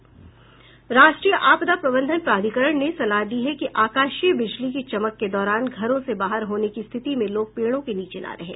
राष्ट्रीय आपदा प्रबंधन प्राधिकरण ने सलाह दी है कि आकाशीय बिजली की चमक के दौरान घरों से बाहर होने की स्थिति में लोग पेड़ों के नीचे न रहें